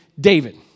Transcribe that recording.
David